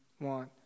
want